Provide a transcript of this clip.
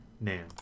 now